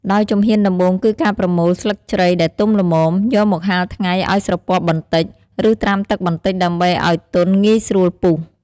ដោយជំហានដំបូងគឺការប្រមូលស្លឹកជ្រៃដែលទុំល្មម យកមកហាលថ្ងៃឲ្យស្រពាប់បន្តិច ឬត្រាំទឹកបន្តិចដើម្បីឲ្យទន់ងាយស្រួលពុះ។